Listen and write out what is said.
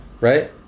Right